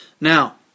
Now